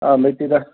ꯑꯥ ꯂꯩꯇꯦꯗ